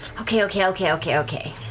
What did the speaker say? okay, okay, okay, okay, okay.